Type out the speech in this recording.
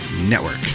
network